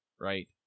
right